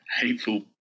hateful